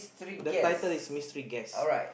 the title is mystery guess